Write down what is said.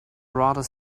rather